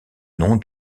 nom